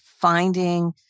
finding